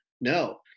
No